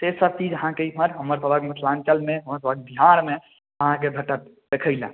से सब चीज अहाँके एमहर हमर सबहक मिथिलाञ्चलमे हमर सबहक बिहारमे अहाँके भेटत देखै लै